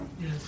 Yes